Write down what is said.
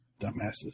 dumbasses